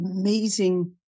amazing